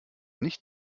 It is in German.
nicht